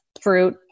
fruit